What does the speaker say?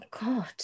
god